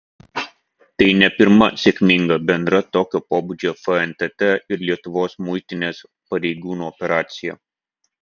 tai ne pirma sėkminga bendra tokio pobūdžio fntt ir lietuvos muitinės pareigūnų operacija